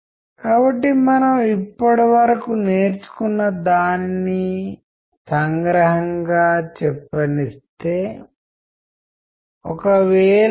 భావోద్వేగాలు కోక్ పిల్లలను ఉత్తేజపరచవచ్చు వృద్ధులను ఉత్తేజపరచకపోవచ్చు సందర్భం మీకు దాహం వేస్తోంది లేదా వేడిగా ఉంది అందుకని మీకు కోక్ కావాలి